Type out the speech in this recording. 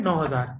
यह 9000 है